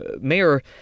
Mayor